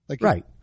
right